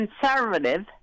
conservative